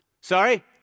Sorry